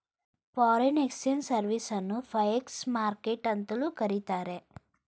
foreign exchange service ಅನ್ನು forex market ಅಂತಲೂ ಕರಿತಾರೆ